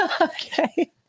Okay